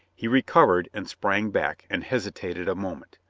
he recovered and sprang back, and hesitated a moment,